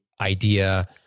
idea